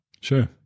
sure